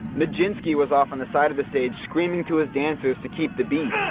nijinsky was off on the side of the stage screaming to his dancers to keep the beat.